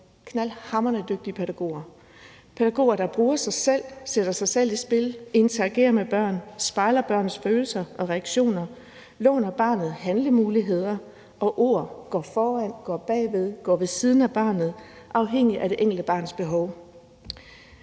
knaldhamrende dygtige pædagoger – pædagoger, der bruger sig selv, sætter sig selv i spil, interagerer med børnene, spejler børnenes følelser og reaktioner, låner barnet handlemuligheder og ord, går foran, går bagved, går ved siden af barnet afhængigt af det enkelte barns behov.